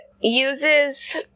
uses